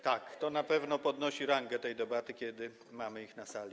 Tak, to na pewno podnosi rangę tej debaty, kiedy mamy ich na sali.